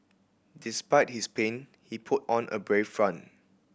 despite his pain he put on a brave front